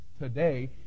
today